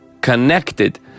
connected